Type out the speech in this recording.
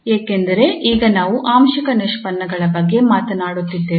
ಏಕೆಂದರೆ ಈಗ ನಾವು ಆಂಶಿಕ ನಿಷ್ಪನ್ನಗಳ ಬಗ್ಗೆ ಮಾತನಾಡುತ್ತಿದ್ದೇವೆ